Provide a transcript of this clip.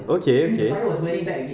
okay okay